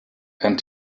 and